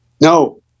No